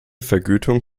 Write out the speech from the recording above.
vergütung